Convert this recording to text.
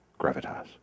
Gravitas